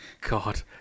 God